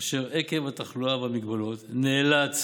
אשר עקב התחלואה וההגבלות נאלץ